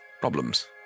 problems